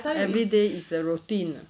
this day is a routine